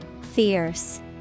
Fierce